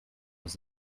aus